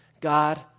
God